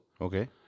Okay